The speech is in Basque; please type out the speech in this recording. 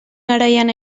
garaian